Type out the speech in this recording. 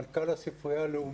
מנכ"ל הספרייה הלאומית,